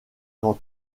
quand